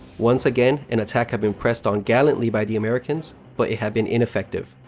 once again, an attack had been pressed on gallantly by the americans, but it had been ineffective.